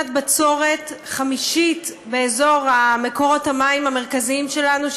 שנת בצורת חמישית באזור מקורות המים המרכזיים שלנו,